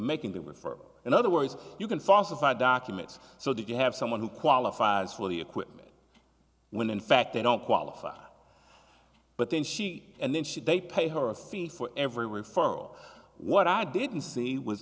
making the refer in other words you can falsify documents so that you have someone who qualifies for the equipment when in fact they don't qualify but then she and then should they pay her a c for every referral what i didn't see was